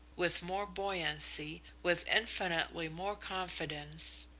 with more buoyancy, with infinitely more confidence,